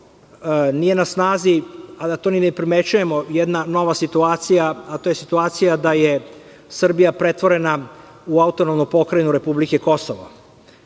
nije na snazi, a da to ni ne primećujemo jedna nova situacija, a to je situacija da je Srbija pretvorena u autonomnu pokrajinu republike Kosovo,